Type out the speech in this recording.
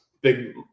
big